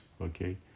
okay